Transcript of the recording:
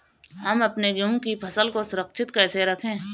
हम अपने गेहूँ की फसल को सुरक्षित कैसे रखें?